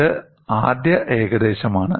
ഇത് ആദ്യ ഏകദേശമാണ്